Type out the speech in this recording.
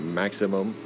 maximum